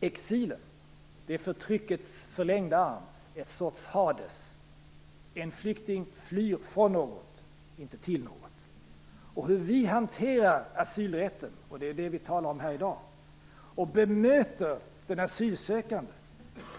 Exilen är förtryckets förlängda arm, en sorts Hades. En flykting flyr från något, inte till något. Hur vi hanterar asylrätten, vilket vi talar om i dag, och bemöter den asylsökande